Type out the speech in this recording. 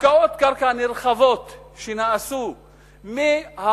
הפקעות קרקע נרחבות שנעשו מהעמים